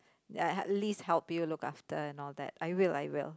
I at least help you look after and all that I will I will